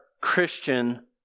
Christian